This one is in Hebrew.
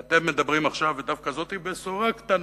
כי אתם מדברים עכשיו, ודווקא זאת בשורה קטנה,